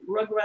Rugrats